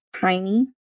tiny